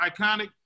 iconic